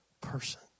person